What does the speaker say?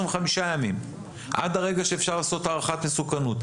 ימים עד הרגע שאפשר לעשות הערכת מסוכנות.